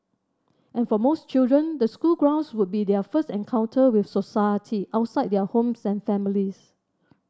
and for most children the school grounds would be their first encounter with society outside their homes and families